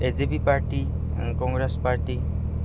A G P party Congress party